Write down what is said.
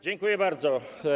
Dziękuję bardzo.